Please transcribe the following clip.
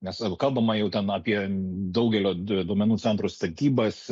nes kalbama jau ten apie daugelio duomenų centrų statybas